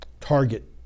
target